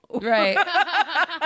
right